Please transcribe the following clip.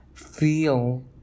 feel